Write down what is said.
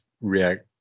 react